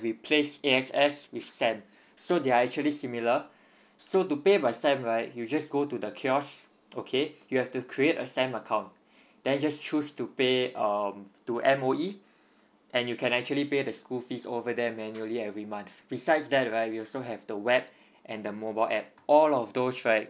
we place A X S with SAM so they're actually similar so to pay by SAM right you just go to the kiosks okay you have to create a SAM account then just choose to pay um to M_O_E and you can actually pay the school fees over there manually every month besides that right we also have the web and the mobile app all of those right